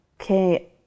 Okay